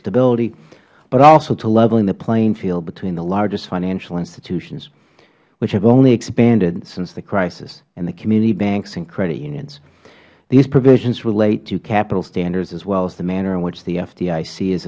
stability but also to leveling the playing field between the largest financial institutions which have only expanded since the crisis and the community banks and credit unions these provisions relate to capital standards as well as the manner in which the f